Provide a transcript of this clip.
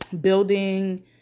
building